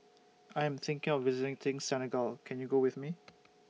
I Am thinking of visiting Sin Senegal Can YOU Go with Me